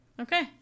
Okay